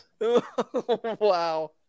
wow